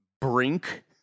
Brink